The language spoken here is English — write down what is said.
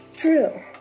true